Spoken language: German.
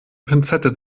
pinzette